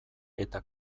eta